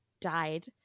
died